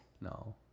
No